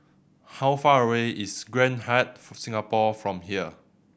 how far away is Grand Hyatt Singapore from here